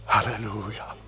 Hallelujah